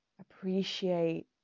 appreciate